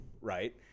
right